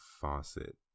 faucet